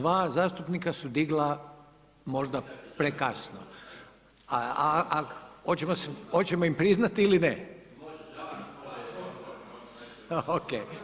Dva zastupnika su digla možda prekasno, a hoćemo im priznati ili ne? … [[Upadica iz klupe, ne razumije se.]] Ok.